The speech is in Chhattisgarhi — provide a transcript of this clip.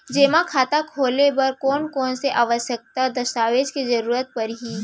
जेमा खाता खोले बर कोन कोन से आवश्यक दस्तावेज के जरूरत परही?